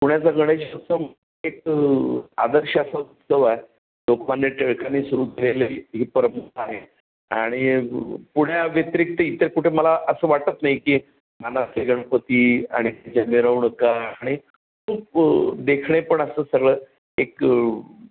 पुण्याचा गणेशोत्सव एक आदर्शाचा उत्सव आहे लोकांनी टिळकांनी सुरू केलेली ही परंपरा आहे आणि पुण्याव्यतिरिक्त इतर कुठे मला असं वाटत नाही की मानाचे गणपती आणि जे मिरवणुका आणि खूप देखणेपण असं सगळं एक